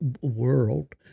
world